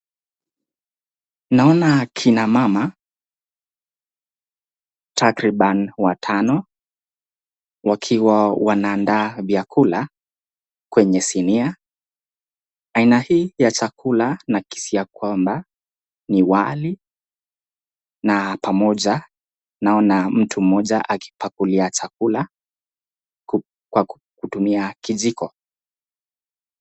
Naona kina mama, takriban watano wakiwa wanaandaa vyakula kwenye sinia, aina hii ya chakula, nakisia kwamba ni wali, na pamoja naona mtu mmoja akipakulia chakula kwa kutumia kijiko.